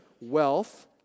wealth